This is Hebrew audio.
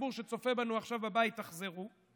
הציבור שצופה בנו עכשיו בבית: תחזרו.